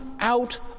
out